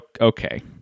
Okay